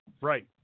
right